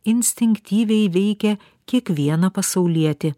instinktyviai veikia kiekvieną pasaulietį